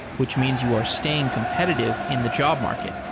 which means you are staying competitive in the job market.